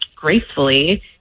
gracefully